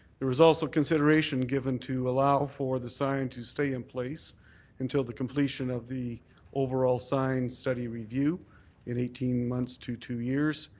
there was also consideration given to allow for the sign to stay in place until the completion of the overall sign study review in eighteen months to two years.